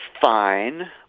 fine